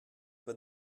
pas